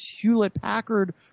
Hewlett-Packard